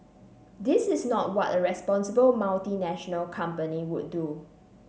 this is not what a responsible multinational company would do